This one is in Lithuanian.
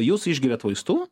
jūs išgeriat vaistų